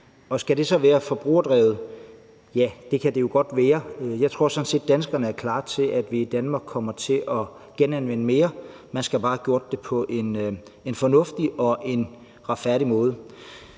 skal det så være forbrugerdrevet? Ja, det kan det jo godt være. Jeg tror sådan set, at danskerne er klar til, at vi i Danmark kommer til at genanvende mere. Man skal bare have gjort det på en fornuftig og en retfærdig måde.